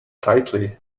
tightly